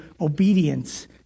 obedience